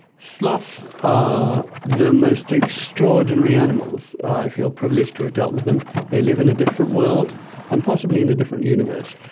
sloths are the most extraordinary animals. i feel privileged to have dealt with them. they live in a different world and possibly in a different universe.